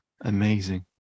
amazing